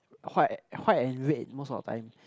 white white and red most of the time